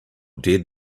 dead